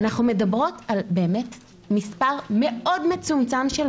אנחנו מדברות על באמת מספר מאוד מצומצם של